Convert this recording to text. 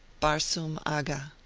barsoum agha.